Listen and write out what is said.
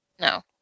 No